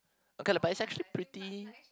okay lah but is actually pretty